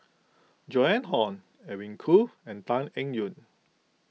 Joan Hon Edwin Koo and Tan Eng Yoon